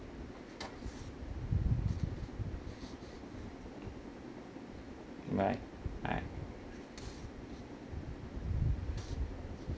right I